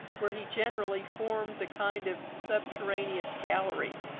where he generally forms a kind of subterraneous gallery,